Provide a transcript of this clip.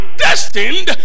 destined